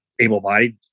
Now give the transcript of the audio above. able-bodied